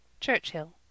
Churchill